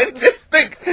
and just think,